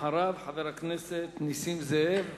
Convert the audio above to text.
אחריו, חבר הכנסת נסים זאב,